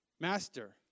Master